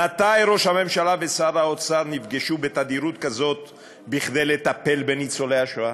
מתי ראש הממשלה ושר האוצר נפגשו בתדירות כזאת כדי לטפל בניצולי השואה?